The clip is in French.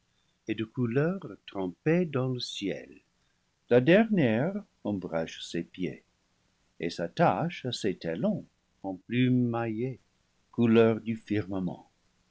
et de couleurs trempées dans le ciel la dernière ombrage ses pieds et s'attache à ses talons en plume maillée couleur du firmament